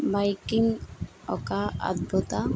biking ఒక అద్భుత